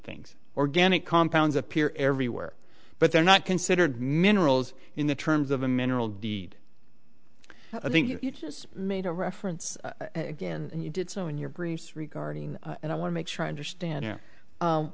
things organic compounds appear everywhere but they're not considered minerals in the terms of a mineral deed i think you just made a reference again and you did so in your grease regarding and i want to make sure i understand